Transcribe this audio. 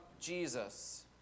Jesus